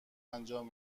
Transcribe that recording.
انجام